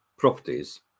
properties